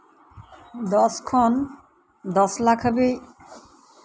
ᱫᱚᱥ ᱠᱷᱚᱱ ᱫᱚᱥᱞᱟᱠᱷ ᱦᱟᱹᱵᱤᱡ